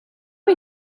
are